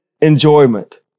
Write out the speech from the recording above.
enjoyment